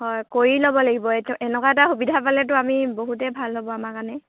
হয় কৰি ল'ব লাগিব এই এনেকুৱা এটা সুবিধা পালেতো আমি বহুতে ভাল হ'ব আমাৰ কাৰণে